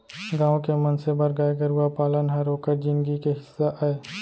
गॉँव के मनसे बर गाय गरूवा पालन हर ओकर जिनगी के हिस्सा अय